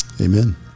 Amen